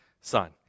son